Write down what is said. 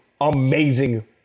amazing